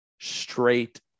straight